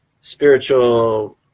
spiritual